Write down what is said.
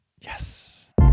Yes